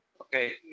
Okay